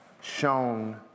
shown